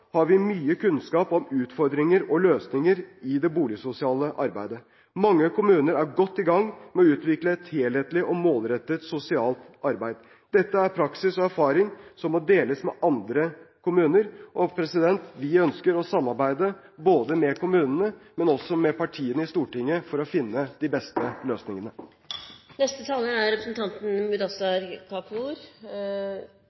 har vi mye kunnskap om utfordringer og løsninger i det boligsosiale arbeidet. Mange kommuner er godt i gang med å utvikle et helhetlig og målrettet sosialt arbeid. Dette er praksis og erfaringer som må deles med andre kommuner. Vi ønsker å samarbeide med kommunene, men også med partiene i Stortinget, for å finne de beste løsningene.